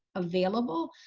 available.